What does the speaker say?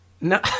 No